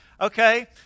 okay